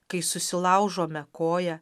kai susilaužome koją